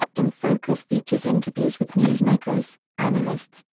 in focus features interviews with newsmakers, analysts,